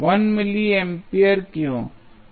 1 milliampere क्यों